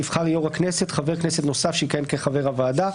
יבחר יושב ראש הכנסת חבר כנסת נוסף שיכהן כחבר הוועדה,